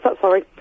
sorry